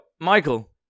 Michael